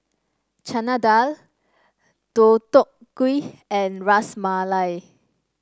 Chana Dal Deodeok Gui and Ras Malai